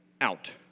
out